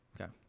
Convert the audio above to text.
Okay